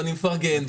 ואני מפרגן,